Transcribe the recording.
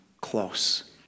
close